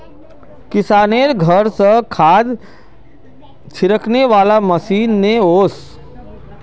किशनेर घर स खाद छिड़कने वाला मशीन ने वोस